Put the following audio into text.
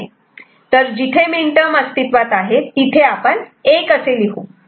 तर जिथे mean term अस्तित्वात आहे तिथे आपण 1 असे लिहू